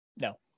No